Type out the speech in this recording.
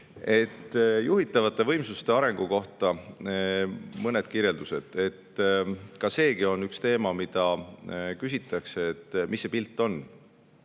Juhitavate võimsuste arengu kohta mõned kirjeldused. Seegi on üks teema, mille kohta küsitakse, et mis see pilt on.